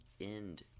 end